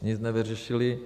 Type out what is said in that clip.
Nic nevyřešili.